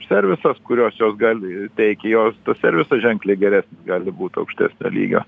servisas kurios jos gali teikia jos tą servisą ženkliai geresnį gali būt aukštesnio lygio